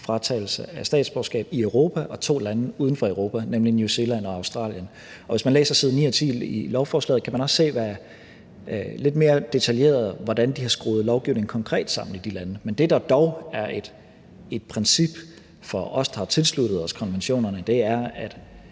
fratagelse af statsborgerskab, og to lande uden for Europa, nemlig New Zealand og Australien. Hvis man læser side 9 og 10 i lovforslaget, kan man også lidt mere detaljeret se, hvordan de konkret har skruet lovgivningen sammen i de lande. Men det, der dog er et princip for os, der har tilsluttet os konventionerne, er, at